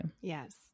Yes